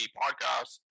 podcast